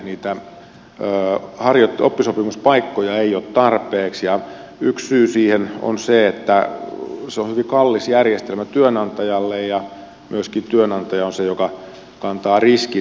niitä oppisopimuspaikkoja ei ole tarpeeksi ja yksi syy siihen on se että se on hyvin kallis järjestelmä työnantajalle ja myöskin työnantaja on se joka kantaa riskin